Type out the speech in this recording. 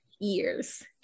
years